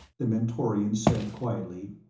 the mentorian said quietly.